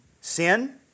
Sin